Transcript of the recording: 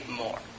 more